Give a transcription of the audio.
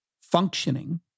functioning